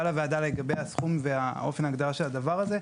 לגבי הסכום ואופן ההגדרה של הדבר הזה.